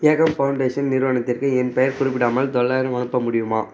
ஏகம் foundation நிறுவனத்திற்கு என் பெயர் குறிப்பிடாமல் தொள்ளாயிரம் அனுப்ப முடியுமா